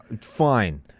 Fine